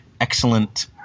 excellent